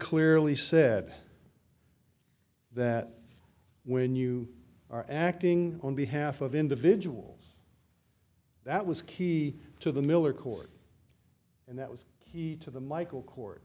clearly said that when you are acting on behalf of individuals that was key to the miller court and that was key to the michael court